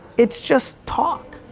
it's just talk,